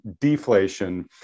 deflation